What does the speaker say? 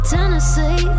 Tennessee